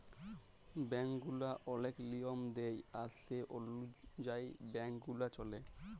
bank গুলা ওলেক লিয়ম দেয় আর সে অলুযায়ী ব্যাংক গুলা চল্যে